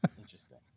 Interesting